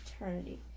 eternity